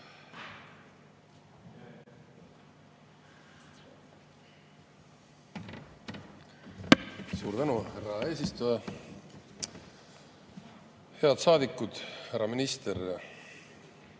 Suur tänu, härra eesistuja! Head saadikud! Härra minister!